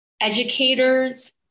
educators